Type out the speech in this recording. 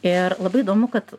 ir labai įdomu kad